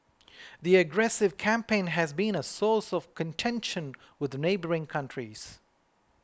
the aggressive campaign has been a source of contention with neighbouring countries